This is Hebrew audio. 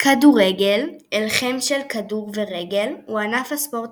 כדורגל הלחם של כדור ורגל הוא ענף הספורט